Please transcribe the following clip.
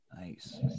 Nice